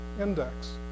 index